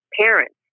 parents